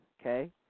okay